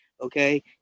okay